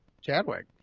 Chadwick